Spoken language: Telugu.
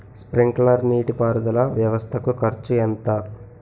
స్ప్రింక్లర్ నీటిపారుదల వ్వవస్థ కు ఖర్చు ఎంత?